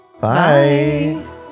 Bye